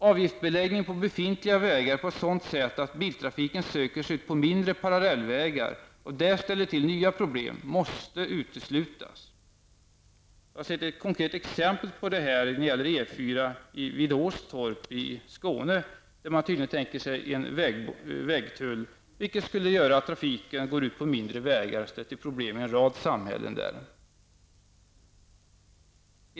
Avgiftsbeläggning på befintliga vägar som medför att biltrafiken söker sig ut på mindre parallellvägar och där ställer till nya problem, måste uteslutas. Jag har sett ett konkret exempel på det här. Det gäller E4-an vid Åstorp i Skåne. Där har man tydligen tänkt sig en vägtull. Det skulle innebära att trafiken går över till mindre vägar och där ställer till problem i en rad samhällen.